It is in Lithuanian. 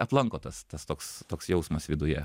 aplanko tas tas toks toks jausmas viduje